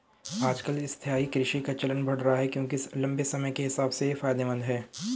आजकल स्थायी कृषि का चलन बढ़ रहा है क्योंकि लम्बे समय के हिसाब से ये फायदेमंद है